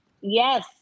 Yes